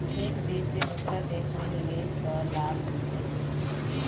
एक देस से दूसरा देस में निवेश कअ लाभ बहुते हवे